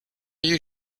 you